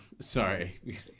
sorry